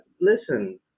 Listen